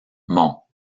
mont